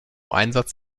einsatz